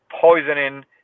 poisoning